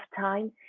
time